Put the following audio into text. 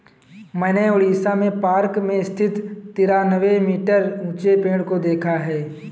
मैंने उड़ीसा में पार्क में स्थित तिरानवे मीटर ऊंचे पेड़ को देखा है